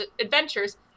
adventures